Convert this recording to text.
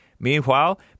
Meanwhile